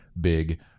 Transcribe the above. big